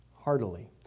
heartily